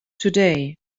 today